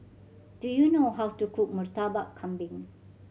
do you know how to cook Murtabak Kambing